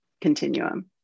continuum